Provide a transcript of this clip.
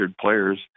players